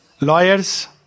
Lawyers